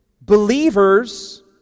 believers